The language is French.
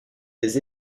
des